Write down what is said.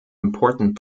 important